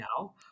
now